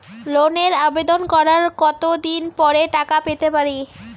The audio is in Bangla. লোনের আবেদন করার কত দিন পরে টাকা পেতে পারি?